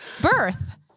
birth